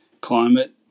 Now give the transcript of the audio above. climate